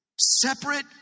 Separate